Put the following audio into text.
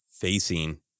facing